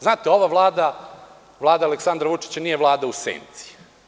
Znate, ova Vlada, Vlada Aleksandra Vučića nije Vlada u senci.